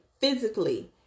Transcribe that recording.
physically